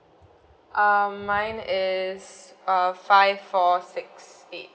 um mine is uh five four six eight